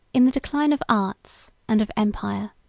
in the decline of arts, and of empire,